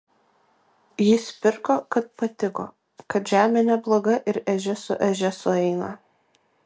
jis pirko kad patiko kad žemė nebloga ir ežia su ežia sueina